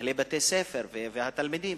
מנהלי בתי-הספר והתלמידים.